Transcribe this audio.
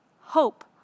hope